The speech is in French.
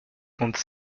compte